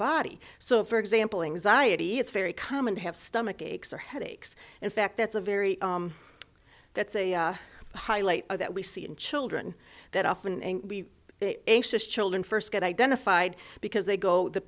body so for example anxiety it's very common to have stomach aches or headaches in fact that's a very that's a highlight that we see in children that often and children first get identified because they go the